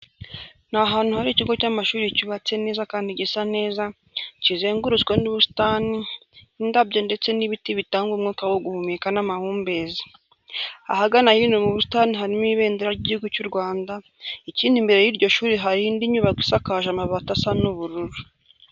Ni ahantu hari ikigo cy'amashuri cyubatse neza kandi gisa neza, kizengurutswe n'ubusitani, indabyo ndetse n'ibiti bitanga umwuka wo guhumeka n'amahumbezi. Ahagana hino mu busitani harimo Ibendera ry'Iguhugu cy'u Rwanda, ikindi imbere y'iryo shuri hari indi nyubako isakaje amabati asa ubururu.